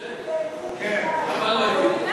כן, שמענו עליכם.